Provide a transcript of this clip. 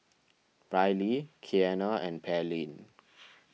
Ryleigh Kiana and Pearline